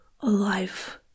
alive